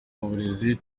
burezi